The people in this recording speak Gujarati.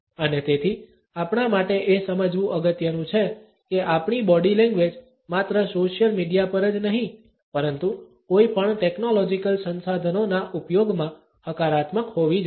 અને તેથી આપણા માટે એ સમજવું અગત્યનું છે કે આપણી બોડી લેંગ્વેજ માત્ર સોશિયલ મીડિયા પર જ નહીં પરંતુ કોઈપણ ટેકનોલોજીકલ સંસાધનોના ઉપયોગમાં હકારાત્મક હોવી જોઈએ